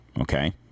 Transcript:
okay